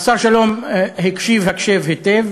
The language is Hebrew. השר שלום הקשיב הקשב היטב,